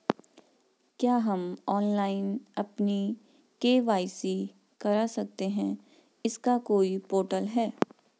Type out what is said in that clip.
क्या हम ऑनलाइन अपनी के.वाई.सी करा सकते हैं इसका कोई पोर्टल है?